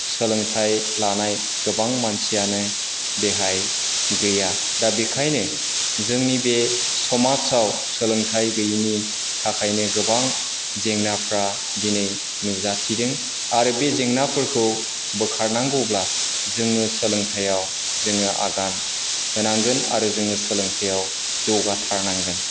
सोलोंथाय लानाय गोबां मानसियानो बेवहाय गैया दा बेनिखायनो जोंनि बे समाजाव सोलोंथाय गैयिनि थाखायनो गोबां जेंनाफोरा दिनै नुजाथिदों आरो बे जेंनाफोरखौ बोखारनांगौब्ला जोङो सोलोंथायआव जोङो आगान होनांगोन आरो जोङो सोलोंथायआव जौगाथारनांगोन